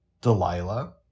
Delilah